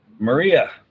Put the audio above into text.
Maria